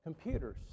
Computers